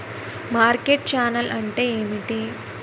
Market channel అంటే ఏమిటి?